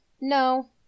no